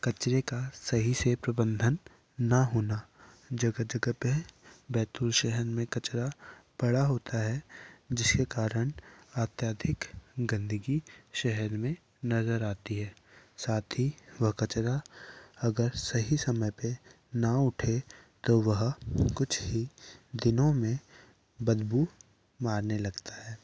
कचड़े का सही से प्रबंधन ना होना जगह जगह पे बैतूल शहर में कचड़ा पड़ा होता हैं जिसके कारण अत्यधिक गंदगी शहर में नजर आती है साथ ही वो कचड़ा अगर सही समय पे ना उठे तो वह कुछ ही दिनों में बदबू मरने लगता है